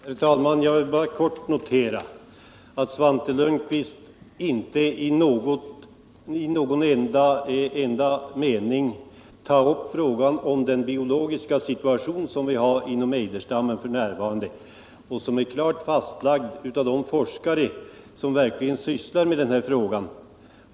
Herr talman! Jag vill bara kort notera att Svante Lundkvist inte i någon enda mening tar upp frågan om den biologiska situationen inom ejderstammen, vilken är klart fastlagd av de forskare som sysslar med den här saken.